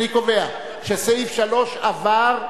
אני קובע שסעיף 3 עבר,